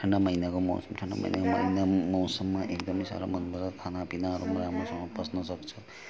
ठन्डा महिनाको मौसम ठन्डा महिनाको मौसममा एकदम खाना पिनाहरू राम्रोसँग पच्न सक्छ